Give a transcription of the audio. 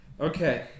Okay